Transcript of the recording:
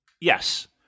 yes